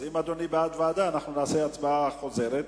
אם אדוני בעד ועדה, אנחנו נצביע הצבעה חוזרת.